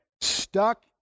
stuck